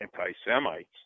anti-Semites